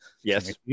yes